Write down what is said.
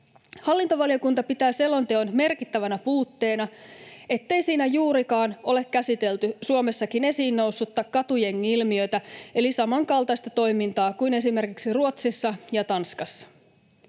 Hallintovaliokunta pitää selonteon merkittävänä puutteena, ettei siinä juurikaan ole käsitelty Suomessakin esiin noussutta katujengi-ilmiötä eli samankaltaista toimintaa kuin esimerkiksi Ruotsissa ja Tanskassa.